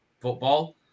football